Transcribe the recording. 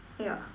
yeah